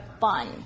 fun